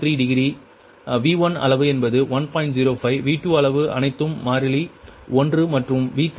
05 V2 அளவு அனைத்தும் மாறிலி 1 மற்றும் V3 அளவு 1